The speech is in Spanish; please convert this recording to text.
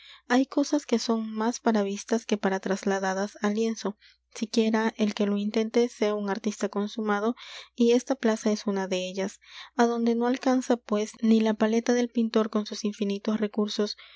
hay cosas que son más para vistas que para trasladadas al lienzo siquiera el que lo intente sea un artista consumado y esta plaza es una de ellas adonde no alcanza pues ni la paleta del pintor con sus infinitos recursos